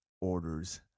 orders